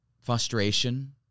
frustration